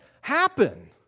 happen